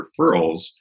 referrals